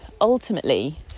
ultimately